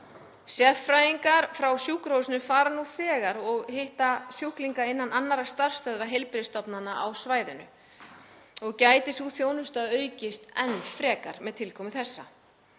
Sérfræðingar frá sjúkrahúsinu fara nú þegar og hitta sjúklinga innan annarra starfsstöðva heilbrigðisstofnana á svæðinu og gæti sú þjónusta aukist enn frekar með tilkomu